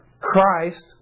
Christ